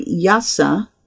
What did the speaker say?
yasa